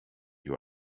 you